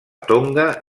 tonga